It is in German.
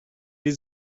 wie